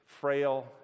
frail